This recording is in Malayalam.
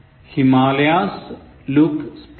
Himalayas look splendid